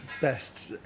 best